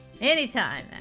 Anytime